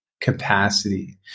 capacity